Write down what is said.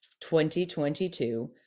2022